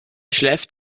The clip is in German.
schläft